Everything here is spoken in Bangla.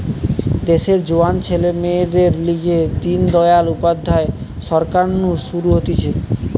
দেশের জোয়ান ছেলে মেয়েদের লিগে দিন দয়াল উপাধ্যায় সরকার নু শুরু হতিছে